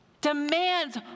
demands